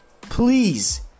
Please